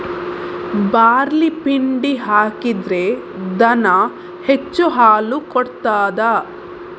Barley ಪಿಂಡಿ ಹಾಕಿದ್ರೆ ದನ ಹೆಚ್ಚು ಹಾಲು ಕೊಡ್ತಾದ?